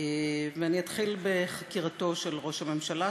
ואני אתחיל בחקירתו של ראש הממשלה,